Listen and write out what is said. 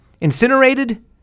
incinerated